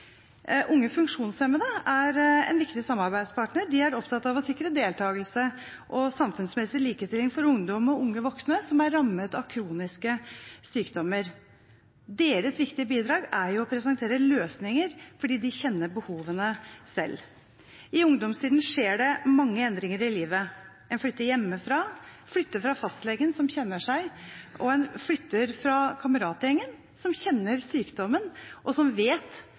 Unge funksjonshemmede er en viktig samarbeidspartner. De er opptatt av å sikre deltakelse og samfunnsmessig likestilling for ungdom og unge voksne som er rammet av kroniske sykdommer. Deres viktige bidrag er jo å presentere løsninger fordi de kjenner behovene selv. I ungdomstiden skjer det mange endringer i livet. En flytter hjemmefra, flytter fra fastlegen som kjenner en, og en flytter fra kameratgjengen som kjenner sykdommen, og som vet